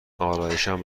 آرایشم